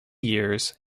years